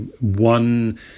one